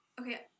Okay